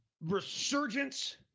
resurgence